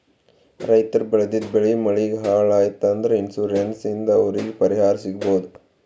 ರೈತರ್ ಬೆಳೆದಿದ್ದ್ ಬೆಳಿ ಮಳಿಗ್ ಹಾಳ್ ಆಯ್ತ್ ಅಂದ್ರ ಇನ್ಶೂರೆನ್ಸ್ ಇಂದ್ ಅವ್ರಿಗ್ ಪರಿಹಾರ್ ಸಿಗ್ಬಹುದ್